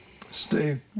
Steve